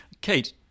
Kate